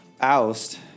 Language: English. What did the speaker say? Oust